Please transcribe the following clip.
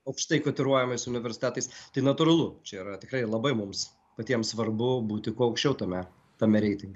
aukštai kotiruojamais universitetais tai natūralu čia yra tikrai labai mums patiems svarbu būti kuo aukščiau tame tame reitinge